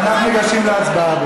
אנחנו ניגשים להצבעה.